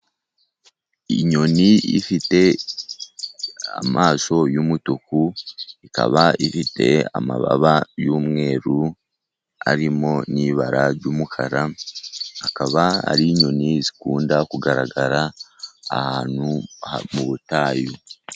Inyoni ifite amaso y'umutuku, ikaba ifite amababa y'umweru arimo n'ibara ry'umukara, akaba ari inyoni zikunda kugaragara ahantu mu butayu.